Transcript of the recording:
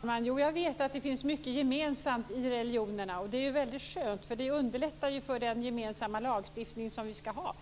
Fru talman! Jag vet att det finns mycket gemensamt i religionerna. Det är väldigt skönt, för det underlättar ju för den gemensamma lagstiftning som vi ska ha.